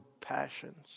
passions